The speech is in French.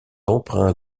empreint